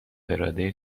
اراده